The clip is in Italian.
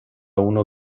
uno